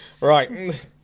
Right